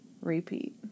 Repeat